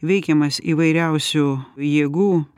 veikiamas įvairiausių jėgų